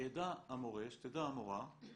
שידע המורה, שתדע המורה,